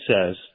says